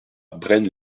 braine